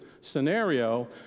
scenario